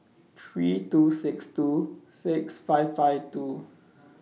three two six two six five five two